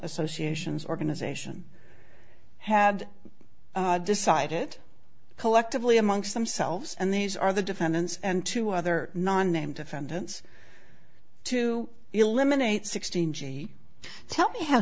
associations organization had decided collectively amongst themselves and these are the defendants and to other non name defendants to eliminate sixteen g b tell me h